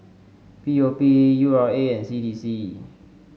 P O P U R A and C D C